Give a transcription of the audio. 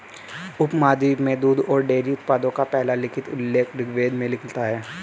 उपमहाद्वीप में दूध और डेयरी उत्पादों का पहला लिखित उल्लेख ऋग्वेद में मिलता है